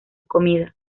comida